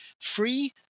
free